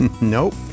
Nope